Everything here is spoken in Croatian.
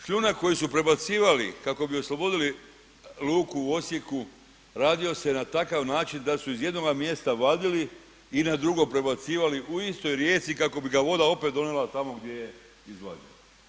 Šljunak koji su prebacivali kako bi oslobodili luku u Osijeku radio se na takav način da su iz jednoga mjesta vadili i na drugo prebacivali u istoj rijeci kako bi ga voda opet donijela tamo gdje je izvađen.